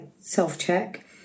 self-check